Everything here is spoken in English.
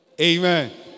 Amen